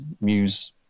Muse